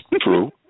True